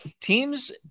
Teams